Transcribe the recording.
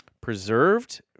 preserved